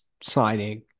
signing